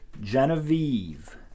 Genevieve